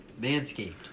Manscaped